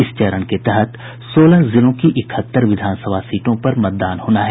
इस चरण के तहत सोलह जिलों की इकहत्तर विधानसभा सीटों पर मतदान होना है